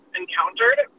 encountered